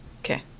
Okay